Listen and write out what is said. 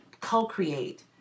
co-create